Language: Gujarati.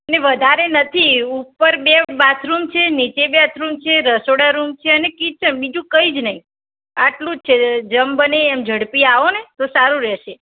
ને વધારે નથી ઉપર બે બાથરૂમ છે નીચે બેથરૂમ છે રસોડા રૂમ છે અને કિચન બીજું કંઈ જ નહીં આટલું જ છે જેમ બને એમ ઝડપી આવો ને તો સારું રહેશે